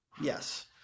Yes